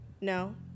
No